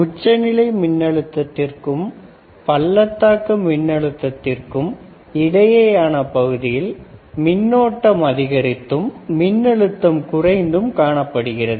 உச்ச நிலை மின் அழுத்தத்திற்கும் பள்ளத்தாக்கு மின் அழுத்தத்திற்கும் இடையேயான பகுதியில் மின்னோட்டம் அதிகரித்தும் மின்னழுத்தம் குறைந்தும் காணப்படுகிறது